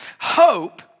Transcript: Hope